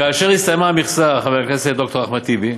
כאשר הסתיימה המכסה, חבר הכנסת ד"ר אחמד טיבי,